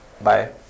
bye